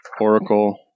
Oracle